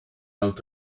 out